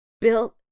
built